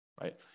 right